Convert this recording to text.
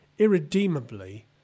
Irredeemably